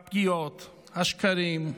הפגיעות, השקרים,